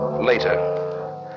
later